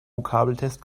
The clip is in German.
vokabeltest